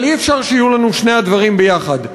אבל אי-אפשר שיהיו לנו שני הדברים ביחד.